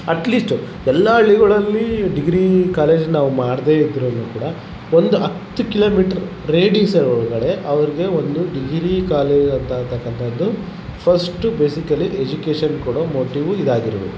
at least ಎಲ್ಲ ಹಳ್ಳಿಗಳಲ್ಲಿ degree college ನಾವು ಮಾಡದೇ ಇದ್ರು ಕೂಡ ಒಂದು ಹತ್ತು ಕಿಲೋಮೀಟ್ರ್ ರೆಡೀಸರ್ ಒಳಗಡೆ ಅವ್ರಿಗೆ ಒಂದು ಡಿಗ್ರಿ ಕಾಲೇಜ್ ಅಂತ ಅಂತಕಂಥದ್ದು ಫಸ್ಟು ಬೇಸಿಕಲಿ ಎಜುಕೇಷನ್ ಕೊಡೋ ಮೋಟಿವು ಇದಾಗಿರಬೇಕು